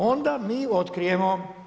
Onda mi otkrijemo.